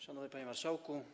Szanowny Panie Marszałku!